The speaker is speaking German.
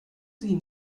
sie